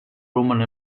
roman